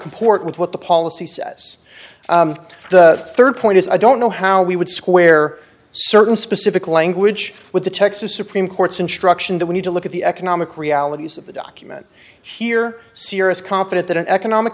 comport with what the policy says the third point is i don't know how we would square certain specific language with the texas supreme court's instruction that we need to look at the economic realities of the document here sirus confident that an economic